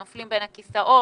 והם נופלים בין כסאות.